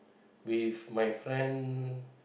with my friend